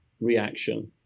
reaction